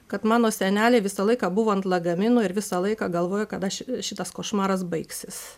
kad mano seneliai visą laiką buvo ant lagaminų ir visą laiką galvojo kada ši šitas košmaras baigsis